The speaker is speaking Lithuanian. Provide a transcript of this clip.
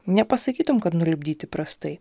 nepasakytum kad nulipdyti prastai